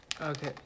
Okay